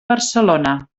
barcelona